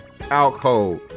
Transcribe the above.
alcohol